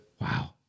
Wow